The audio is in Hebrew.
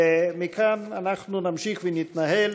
ומכאן אנחנו נמשיך ונתנהל.